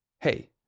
Hey